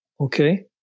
Okay